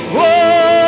Whoa